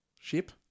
Ship